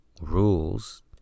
rules